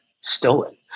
stolen